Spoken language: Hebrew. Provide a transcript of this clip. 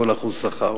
כל 1% שכר.